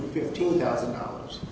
fifteen thousand dollars